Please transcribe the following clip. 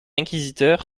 inquisiteur